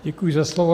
Děkuji za slovo.